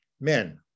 men